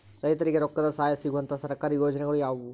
ರೈತರಿಗೆ ರೊಕ್ಕದ ಸಹಾಯ ಸಿಗುವಂತಹ ಸರ್ಕಾರಿ ಯೋಜನೆಗಳು ಯಾವುವು?